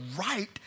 right